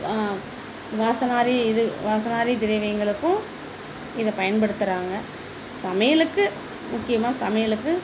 வாசனாரி இது வாசனாரி திரவியங்களுக்கும் இதை பயன்படுத்துகிறாங்க சமையலுக்கு முக்கியமாக சமையலுக்கு